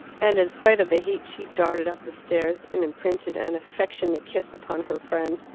and in spite of the heat she darted up the stairs and imprinted an affectionate kiss upon her friend.